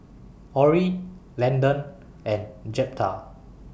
Orrie Landon and Jeptha